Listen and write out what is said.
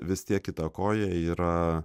vis tiek įtakoja yra